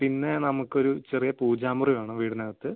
പിന്നെ നമുക്കൊരു ചെറിയ പൂജാമുറി വേണം വീടിനകത്ത്